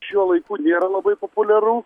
šiuo laiku nėra labai populiaru